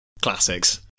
Classics